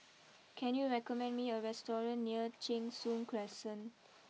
can you recommend me a restaurant near Cheng Soon Crescent